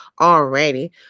already